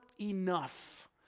enough